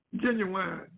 genuine